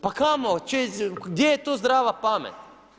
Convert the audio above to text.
Pa kamo, gdje je tu zdrava pamet?